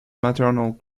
maternal